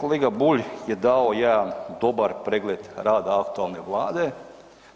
Kolega Bulj je dao jedan dobar pregled rada aktualne Vlade